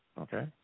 Okay